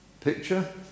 picture